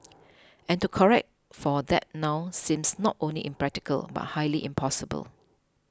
and to correct for that now seems not only impractical but highly impossible